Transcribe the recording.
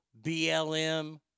BLM